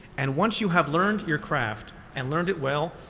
and once you have learned your craft and learned it well,